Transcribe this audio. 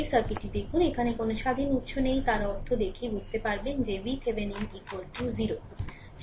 এই সার্কিটটি দেখুন এখানে কোনও স্বাধীন উত্স নেই তার অর্থ দেখেই বুঝতে পারবেন যে VThevenin 0